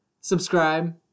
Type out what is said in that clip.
Subscribe